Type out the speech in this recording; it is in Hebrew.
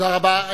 תודה רבה.